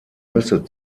nüsse